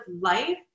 life